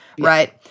right